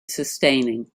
sustaining